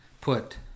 put